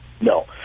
No